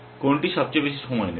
কোনটি সবচেয়ে বেশি সময় নেবে